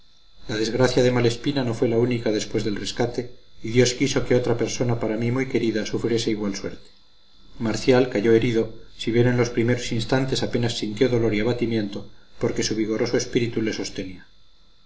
la desgracia de malespina no fue la única después del rescate y dios quiso que otra persona para mí muy querida sufriese igual suerte marcial cayó herido si bien en los primeros instantes apenas sintió dolor y abatimiento porque su vigoroso espíritu le sostenía